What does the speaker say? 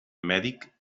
mèdic